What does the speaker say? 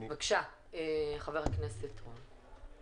בבקשה ח"כ עידן רול.